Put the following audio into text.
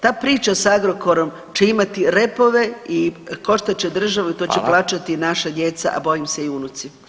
Ta priča sa Agrokorom će imati repove i koštat će državi i to će plaćati [[Upadica Radin: Hvala.]] naša djeca, a bojim se i unuci.